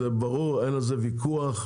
ברור ואין על זה ויכוח.